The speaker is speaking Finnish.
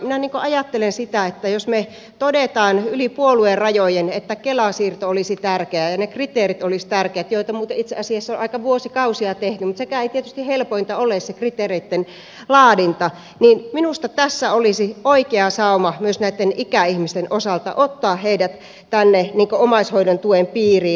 minä ajattelen sitä että jos me toteamme yli puoluerajojen että kela siirto olisi tärkeä ja ne kriteerit olisivat tärkeät joita muuten itse asiassa on vuosikausia tehty mutta sekään kriteereitten laadinta ei tietysti helpointa ole niin minusta tässä olisi oikea sauma myös näitten ikäihmisten osalta ottaa heidät tänne omaishoidon tuen piiriin